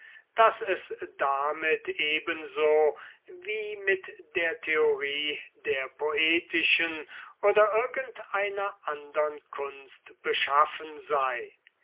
daß es damit eben so wie mit der theorie der poetischen oder irgend einer andern kunst beschaffen sei